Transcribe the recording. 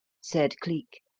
said cleek,